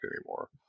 anymore